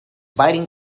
biting